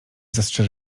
zastrze